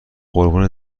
قربون